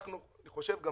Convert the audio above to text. את